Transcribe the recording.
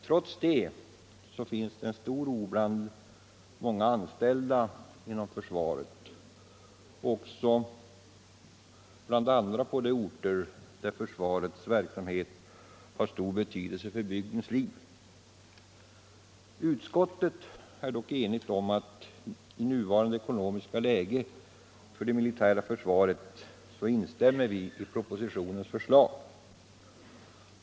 Trots det finns det en stor oro hos många anställda inom försvaret och också bland andra på de orter där försvarets verksamhet har stor betydelse för bygdens liv. Utskottet är dock enigt om att i nuvarande ekonomiska läge för det militära försvaret ansluta sig till propositionens förslag.